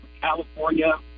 California